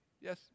Yes